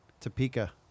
Topeka